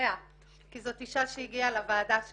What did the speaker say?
אשה שהגיעה לוועדה שלך.